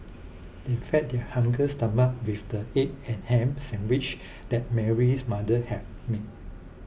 they fed their hungry stomachs with the egg and ham sandwiches that Mary's mother have made